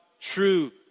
true